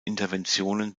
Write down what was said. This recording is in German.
interventionen